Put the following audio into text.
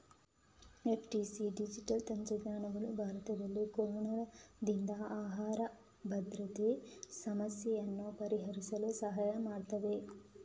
F two C digital ತಂತ್ರಜ್ಞಾನಗಳು ಭಾರತದಲ್ಲಿ ಕೊರೊನಾದಿಂದ ಆಹಾರ ಭದ್ರತೆ ಸಮಸ್ಯೆಯನ್ನು ಪರಿಹರಿಸಲು ಸಹಾಯ ಮಾಡುತ್ತವೆ